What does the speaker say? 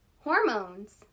Hormones